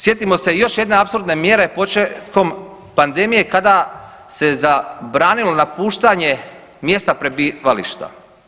Sjetimo se i još jedne apsurdne mjere početkom pandemije kada se zabranilo napuštanje mjesta prebivališta.